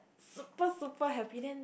super super happy then